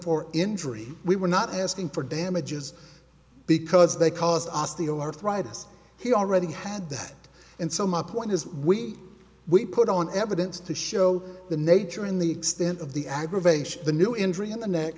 for injury we were not asking for damages because they caused osteoarthritis he already had and so my point is we we put on evidence to show the nature in the extent of the aggravation the new injury in the ne